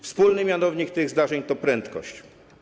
Wspólny mianownik tych zdarzeń to prędkość.